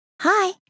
Hi